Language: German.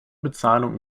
bezahlung